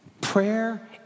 Prayer